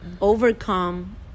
overcome